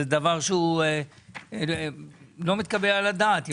זה דבר שלא מתקבל על הדעת.